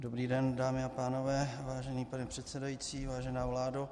Dobrý den, dámy a pánové, vážený pane předsedající, vážená vládo.